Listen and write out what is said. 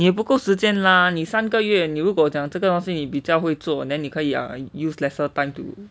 你不够时间啦你三个月你如果讲这个东西你比较会做 then 你可以 err use lesser time to